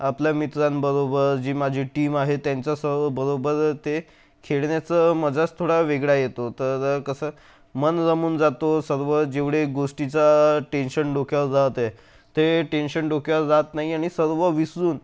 आपल्या मित्रांबरोबर जी माझी टीम आहे त्यांच्याच बरोबर ते खेळण्याचा मजाच थोडा वेगळा येतो तर कसं मन रमून जातं सर्व जेवढे गोष्टीचा टेन्शन डोक्यावर राहते ते टेन्शन डोक्यावर राहत नाही आणि सर्व विसरून